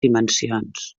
dimensions